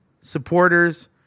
supporters